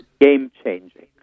game-changing